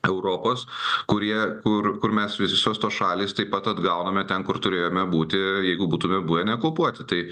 europos kurie kur kur mes visos tos šalys taip pat atgauname ten kur turėjome būti jeigu būtume buvę neokupuoti tai